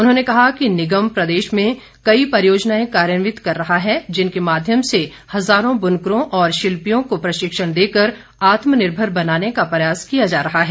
उन्होंने कहा कि निगम प्रदेश में कई परियोजनाएं कार्यान्वित कर रहा है जिनके माध्यम से हजारों बुनकरों और शिल्पियों को प्रशीक्षण देकर आत्मनिर्भर बनाने का प्रयास किया जा रहा है